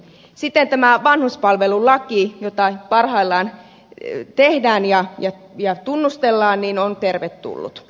siten tämä vanhuspalvelulaki jota parhaillaan tehdään ja tunnustellaan on tervetullut